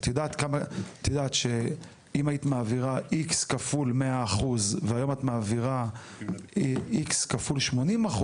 את יודעת שאם היית מעבירה X כפול 100% והיום את מעבירה X כפול 80%,